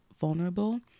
vulnerable